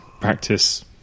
practice